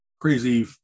crazy